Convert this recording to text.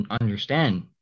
understand